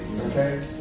Okay